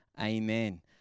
Amen